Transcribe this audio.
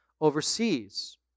overseas